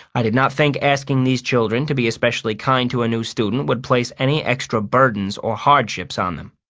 i did not think asking these children to be especially kind to a new student would place any extra burdens or hardships on them.